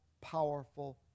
powerful